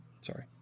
Sorry